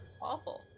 Awful